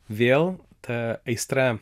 vėl ta aistra